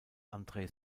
andrei